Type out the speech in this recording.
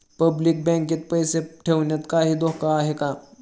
Public बँकेत पैसे ठेवण्यात काही धोका आहे का?